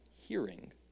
hearing